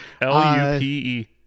l-u-p-e